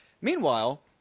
Meanwhile